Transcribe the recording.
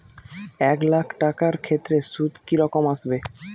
এক লাখ টাকার ক্ষেত্রে সুদ কি রকম আসবে?